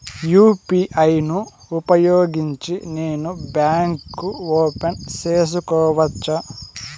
UPI ను ఉపయోగించి నేను బ్యాంకు ఓపెన్ సేసుకోవచ్చా?